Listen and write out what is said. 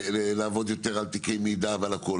לעבוד יותר על תיקי מידע ועל הכל,